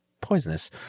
poisonous